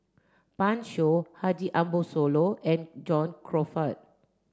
Pan Shou Haji Ambo Sooloh and John Crawfurd